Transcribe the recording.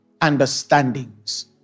understandings